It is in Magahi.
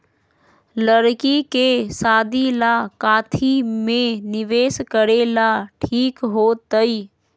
लड़की के शादी ला काथी में निवेस करेला ठीक होतई?